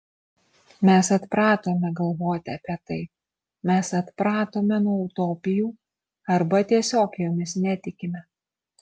mes atpratome galvoti apie tai mes atpratome nuo utopijų arba tiesiog jomis netikime